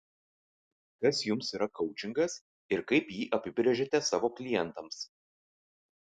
kas jums yra koučingas ir kaip jį apibrėžiate savo klientams